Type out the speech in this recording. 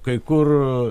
kai kur